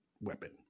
weapon